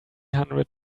hundred